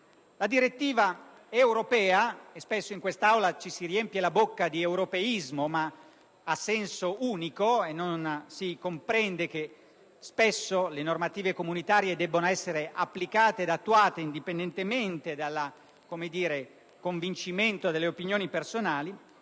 La direttiva europea - spesso in Aula ci si riempie la bocca di europeismo, ma a senso unico e non si comprende che sovente le normative comunitarie debbono essere applicate ed attuate indipendentemente dal convincimento delle opinioni personali